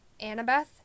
annabeth